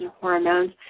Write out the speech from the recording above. hormones